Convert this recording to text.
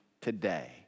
today